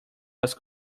was